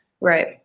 Right